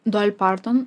dual parton